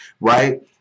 right